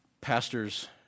pastor's